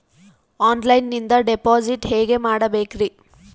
ಆನ್ಲೈನಿಂದ ಡಿಪಾಸಿಟ್ ಹೇಗೆ ಮಾಡಬೇಕ್ರಿ?